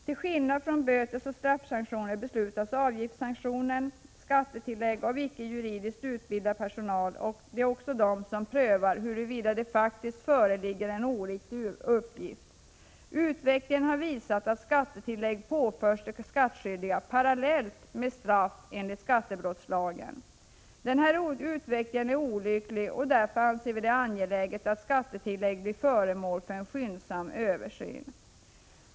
Till skillnad från bötesoch straffsanktionen beslutas avgiftssanktionen skattetillägg av icke juridiskt utbildad personal, och det är också denna som prövar huruvida det faktiskt föreligger en oriktig uppgift. Utvecklingen har visat att skattetillägg påförs de skattskyldiga parallellt med straff enligt skattebrottslagen. Denna utveckling är olycklig, och därför anser vi det angeläget att skattetillägget blir föremål för en skyndsam översyn.